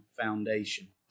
foundation